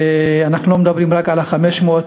ואנחנו לא מדברים רק על ה-500,